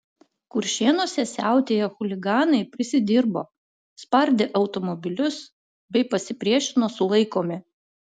kuršėnuose siautėję chuliganai prisidirbo spardė automobilius bei pasipriešino sulaikomi